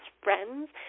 friends